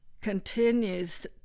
continues